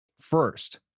First